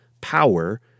power